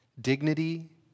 dignity